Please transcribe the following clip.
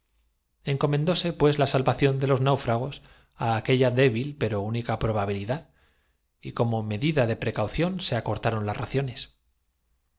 encomendóse pues la salvación tuviera aquí de los náufragos á aquella débil pero única probabili ara dad y como medida de precaución se acortaron las